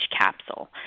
capsule